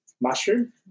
mushroom